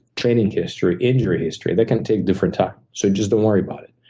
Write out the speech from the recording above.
training history, injury history, that can take different time. so just don't worry about it.